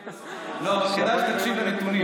כדאי שתקשיב לנתונים.